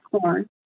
corn